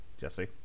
Jesse